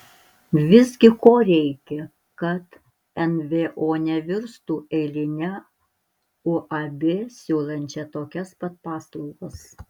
visgi ko reikia kad nvo nevirstų eiline uab siūlančia tokias pat paslaugas